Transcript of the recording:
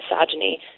misogyny